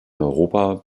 europa